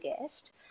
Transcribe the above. guest